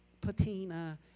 patina